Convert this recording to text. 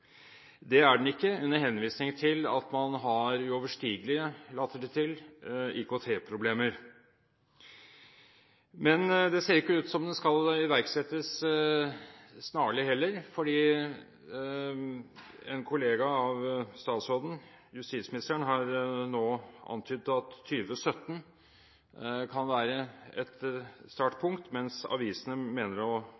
Det er den ikke, under henvisning til at man har uoverstigelige – later det til – IKT-problemer. Men det ser ikke ut som den skal iverksettes snarlig heller, for en kollega av statsråden, justisministeren, har nå antydet at 2017 kan være et